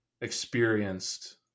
experienced